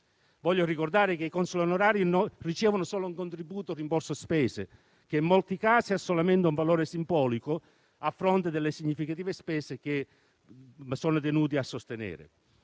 Voglio ricordare che i consoli onorari ricevono solo un contributo per il rimborso spese, che in molti casi ha solamente un valore simbolico, a fronte delle significative spese che sono tenuti a sostenere.